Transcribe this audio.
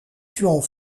tuant